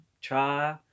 try